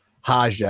Haja